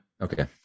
Okay